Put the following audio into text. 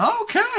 Okay